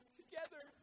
together